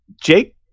Jake